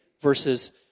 versus